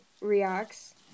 reacts